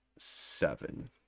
Seven